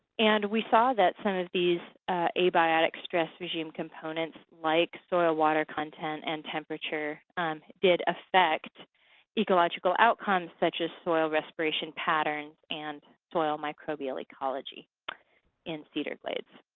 and we saw that some of these abiotic stress regime components like soil water content and temperature did affect ecological outcomes such as soil respiration patterns and soil microbial ecology in cedar glades.